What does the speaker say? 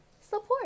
support